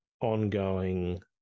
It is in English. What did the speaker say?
ongoing